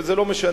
וזה לא משנה,